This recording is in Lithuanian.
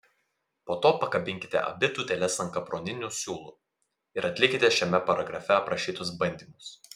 po to pakabinkite abi tūteles ant kaproninių siūlų ir atlikite šiame paragrafe aprašytus bandymus